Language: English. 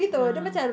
ah ah